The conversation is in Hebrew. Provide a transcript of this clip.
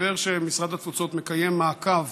מסתבר שמשרד התפוצות מקיים מעקב